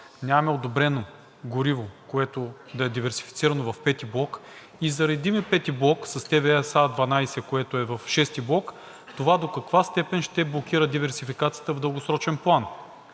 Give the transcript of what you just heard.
нямаме одобрено гориво, което да е диверсифицирано в V блок, и заредим V блок с ТВСА-12, което е в VI блок, това до каква степен ще блокира диверсификацията в дългосрочен план?